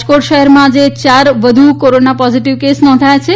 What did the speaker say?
રાજકોટ શહેરમાં આજે યાર વધુ કોરોના પોઝીટીવ કેસો નોંધાયા છે